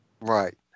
Right